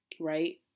right